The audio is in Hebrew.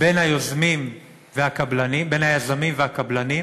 בין היזמים והקבלנים